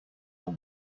are